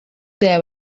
there